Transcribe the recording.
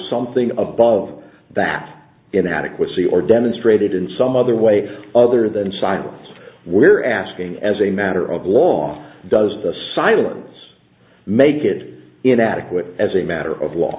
something above that inadequacy or demonstrated in some other way other than silence we're asking as a matter of law does the silence make it inadequate as a matter of law